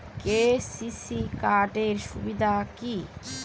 KCC card এর সুবিধা কি?